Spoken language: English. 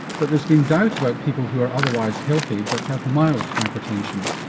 but there's been doubt about people who are otherwise healthy but have mild hypertension.